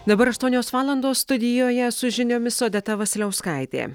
dabar aštuonios valandos studijoje su žiniomis odeta vasiliauskaitė